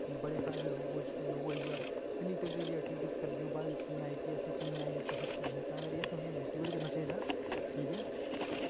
बड़े हारे लोक लोक होई गे इन्नी तगड़ी तगड़ी एक्टिविटीज करदे ओह् बाद बिच केइयें आईपीऐस्स ते केइयें आईएऐस्स आफिसर बनदे तां करियै असें उ'नें मोटिवेट करना चाहिदा की के